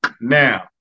now